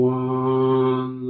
one